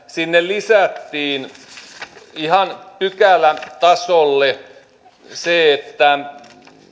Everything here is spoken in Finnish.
sinne lisättiin ihan pykälätasolle se että